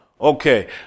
Okay